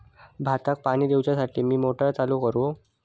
भाताक पाणी दिवच्यासाठी मी मोटर चालू करू?